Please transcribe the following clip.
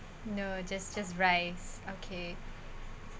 no just just rice okay